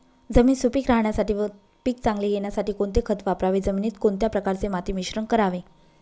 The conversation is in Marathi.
जमीन सुपिक राहण्यासाठी व पीक चांगले येण्यासाठी कोणते खत वापरावे? जमिनीत कोणत्या प्रकारचे माती मिश्रण करावे?